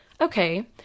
okay